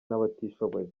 n’abatishoboye